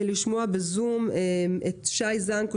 שי זנקו,